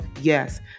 yes